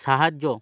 সাহায্য